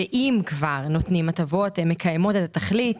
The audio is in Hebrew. שאם כבר נותנים הטבות הן מקיימות את התכלית